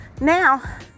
Now